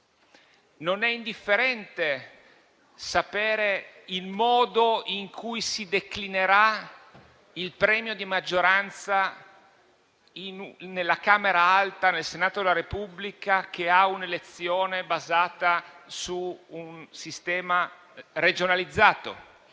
Non è indifferente sapere il modo in cui si declinerà il premio di maggioranza nella Camera alta, il Senato della Repubblica, che ha un'elezione basata su un sistema regionalizzato.